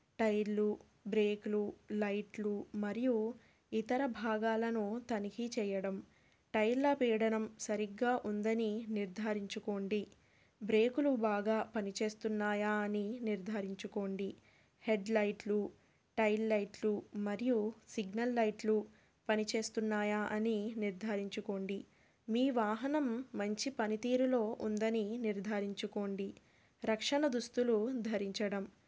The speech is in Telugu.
టైర్లు బ్రేక్లు లైట్లు మరియు ఇతర భాగాలను తనిఖీ చెయ్యడం టైర్ల పీడనం సరిగ్గా ఉందని నిర్ధారించుకోండి బ్రేకులు బాగా పనిచేస్తున్నాయా అని నిర్ధారించుకోండి హెడ్ లైట్లు టైల్ లైట్లు మరియు సిగ్నల్ లైట్లు పనిచేస్తున్నాయా అని నిర్ధారించుకోండి మీ వాహనం మంచి పనితీరులో ఉందని నిర్ధారించుకోండి రక్షణ దుస్తులు ధరించడం